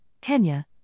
Kenya